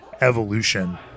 evolution